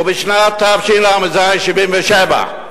ובשנת תשל"ז, 1977,